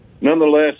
nonetheless